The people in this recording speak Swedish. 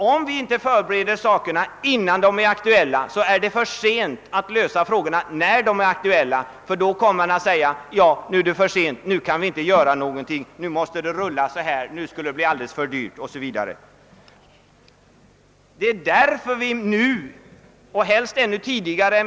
Om vi inte förbereder lösningar innan problemen är aktuella, är det för sent att lösa dem när de är aktuella — då kommer man att säga att det skulle blivit alldeles för dyrt, och så låter man det hela rulla vidare.